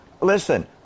listen